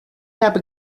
habe